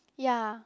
ya